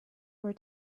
were